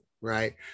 right